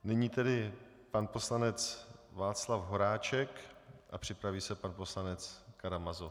Nyní tedy pan poslanec Václav Horáček a připraví se pan poslanec Karamazov.